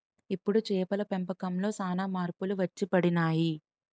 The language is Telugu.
ఇప్పుడు చేపల పెంపకంలో సాన మార్పులు వచ్చిపడినాయి